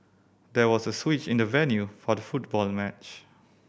there was a switch in the venue for the football match